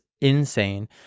insane